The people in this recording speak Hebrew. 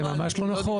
היא לא דיברה על ניתוח,